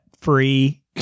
free